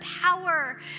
power